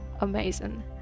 amazing